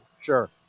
Sure